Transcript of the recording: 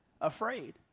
afraid